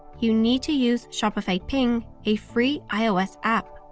you need to use shopify ping, a free ios app.